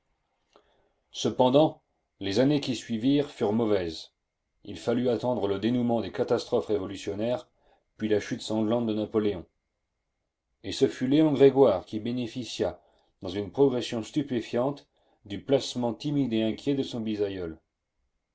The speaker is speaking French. cependant les années qui suivirent furent mauvaises il fallut attendre le dénouement des catastrophes révolutionnaires puis la chute sanglante de napoléon et ce fut léon grégoire qui bénéficia dans une progression stupéfiante du placement timide et inquiet de son bisaïeul